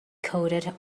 coated